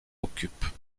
occupe